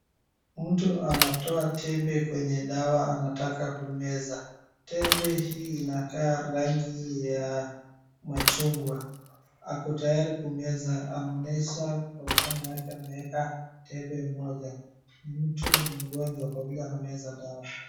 Mtu anatoa tembe kwenye dawa anataka kumeza. Tembe hii inakaa rangi ya machungwa. Ako tayari kumeza anaonyesha kwa mikono yake ameeka tembe moja. Ni mtu mgonjwa kwa vile anameza dawa